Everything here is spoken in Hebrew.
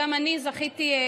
גם אני זכיתי,